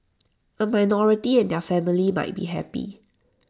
A minority and their family might be happy